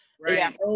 Right